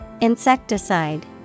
Insecticide